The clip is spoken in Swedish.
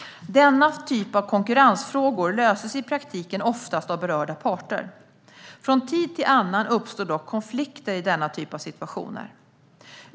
Denna typ av konkurrensfrågor löses i praktiken oftast av berörda parter. Från tid till annan uppstår dock konflikter i denna typ av situationer.